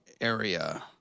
area